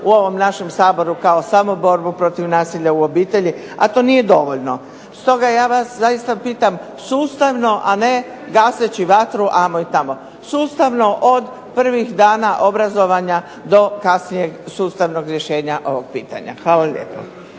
u ovom našem Saboru kao samo borbu protiv nasilja u obitelji, a to nije dovoljno. Stoga ja vas zaista pitam, sustavno a ne gaseći vatru amo i tamo, sustavno od prvih dana obrazovanja do kasnijeg sustavnog rješenja ovog pitanja. Hvala lijepo.